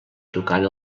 tocant